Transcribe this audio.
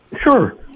Sure